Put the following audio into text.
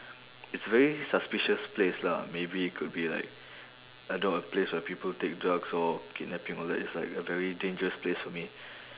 it's a very suspicious place lah maybe it could be like I don't know a place where people take drugs or kidnapping all that it's like a very dangerous place for me